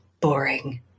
boring